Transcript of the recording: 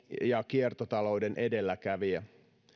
ja kiertotalouden edelläkävijä